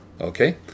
okay